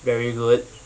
very good